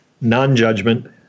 non-judgment